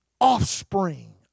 offspring